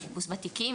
חיפוש בתיקים,